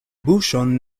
buŝon